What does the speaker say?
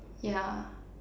yeah